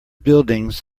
buildings